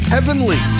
Heavenly